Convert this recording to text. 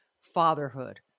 fatherhood